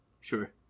Sure